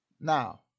Now